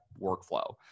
workflow